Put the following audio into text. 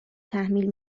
تحمیل